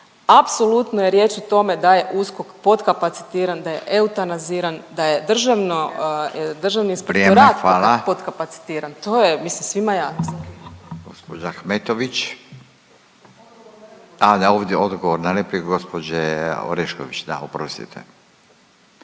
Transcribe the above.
Apsolutno je riječ o tome da je USKOK potkapacitiran, da je eutanaziran, da je Državni inspektorat potkapacitiran … …/Upadica Radin: